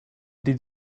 did